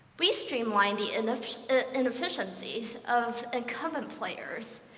we streamline the and the inefficiencies of incumbent players.